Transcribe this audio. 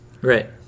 Right